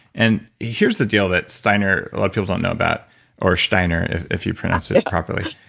and here's the deal that steiner a lot of people don't know about or steiner, if you pronounce it properly.